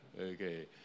Okay